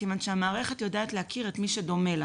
מכיוון שהמערכת יודעת להכיר את מי שדומה לה.